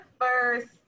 first